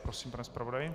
Prosím, pane zpravodaji.